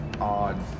odd